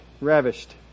ravished